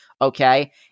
okay